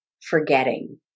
forgetting